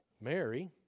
Mary